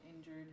injured